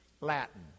Latin